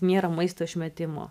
nėra maisto išmetimo